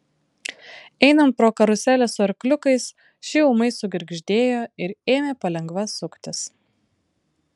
einant pro karuselę su arkliukais ši ūmai sugirgždėjo ir ėmė palengva suktis